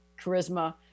charisma